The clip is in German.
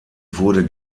wurde